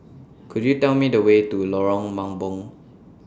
Could YOU Tell Me The Way to Lorong Mambong